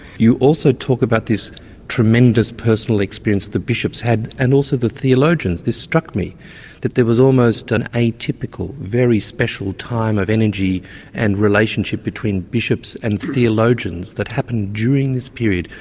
you also talk about this tremendous personal experience the bishops had and also the theologians. this struck me that there was almost an atypical, very special time of energy energy and relationship between bishops and theologians that happened during this period.